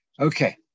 okay